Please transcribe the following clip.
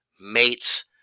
mates